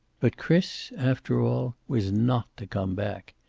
but chris, after all, was not to come back.